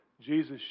Jesus